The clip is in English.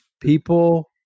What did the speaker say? people